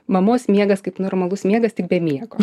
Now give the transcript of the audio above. mamos miegas kaip normalus miegas tik be miego